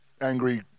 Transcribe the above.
angry